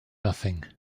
nothing